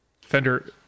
Fender